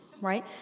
Right